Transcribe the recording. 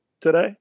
today